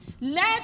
let